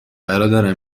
برادر